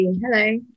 Hello